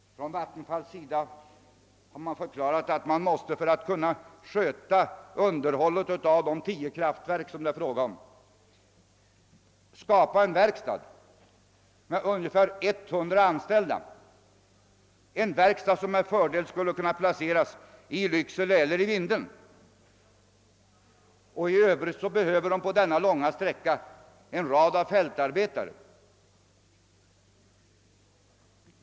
Från Vattenfalls sida har man förklarat att man måste, för att kunna sköta underhållet av de 8—10 kraftverk det är fråga om, skapa en verkstad med ungefär 100 anställda, en verkstad som med fördel skulle kunna placeras i Lycksele eller Vindeln. I övrigt behövs på denna långa sträcka en rad fältarbetare.